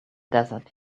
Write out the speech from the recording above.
desert